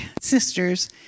sisters